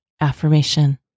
Affirmation